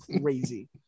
crazy